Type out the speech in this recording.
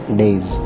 days